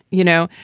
you know.